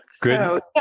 Good